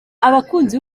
abakunzi